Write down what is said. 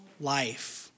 life